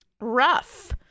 rough